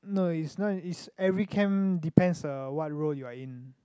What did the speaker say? no is not is every camp depends uh what row you are in